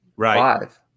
five